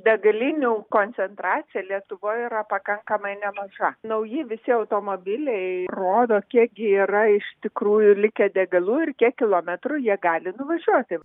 degalinių koncentracija lietuvoj yra pakankamai nemaža nauji visi automobiliai rodo kiek gi yra iš tikrųjų likę degalų ir kiek kilometrų jie gali nuvažiuoti